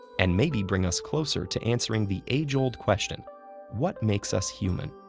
and maybe bring us closer to answering the age-old question what makes us human?